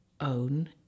own